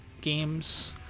games